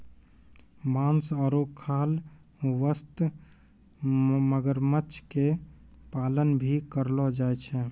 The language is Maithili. मांस आरो खाल वास्तॅ मगरमच्छ के पालन भी करलो जाय छै